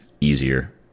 easier